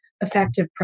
effective